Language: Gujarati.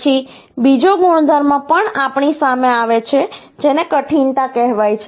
પછી બીજો ગુણધર્મો પણ આપણી સામે આવે છે જેને કઠિનતા કહેવાય છે